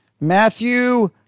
Matthew